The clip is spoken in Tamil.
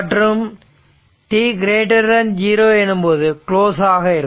மற்றும் t0 எனும்போது குளோஸ் ஆக இருக்கும்